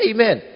Amen